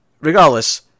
regardless